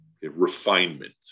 Refinement